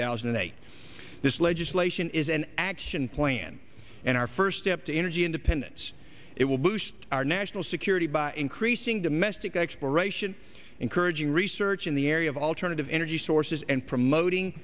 thousand and eight this legislation is an action plan and our first step to energy independence it will boost our national security by increasing domestic exploration encouraging research in the area of alternative energy sources and promoting